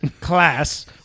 class